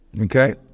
Okay